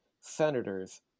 senator's